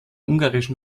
ungarischen